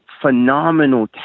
phenomenal